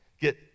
get